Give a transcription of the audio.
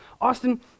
Austin